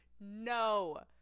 no